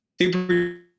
super